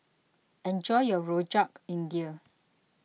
enjoy your Rojak India